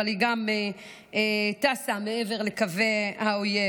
אבל היא גם טסה מעבר לקווי האויב,